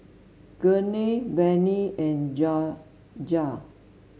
Gurney Barney and Jorja